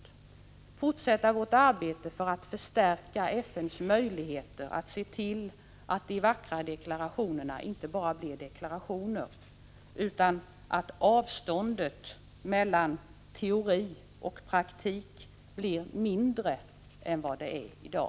Vi måste fortsätta vårt arbete för att förstärka FN:s möjligheter att se till att de vackra deklarationerna inte blir bara deklarationer utan att avståndet mellan teori och praktik blir mindre än vad det är i dag.